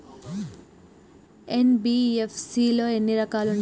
NBFC లో ఎన్ని రకాలు ఉంటాయి?